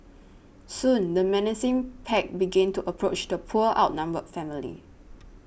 soon the menacing pack began to approach the poor outnumbered family